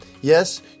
Yes